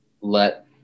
let